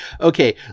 Okay